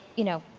you know,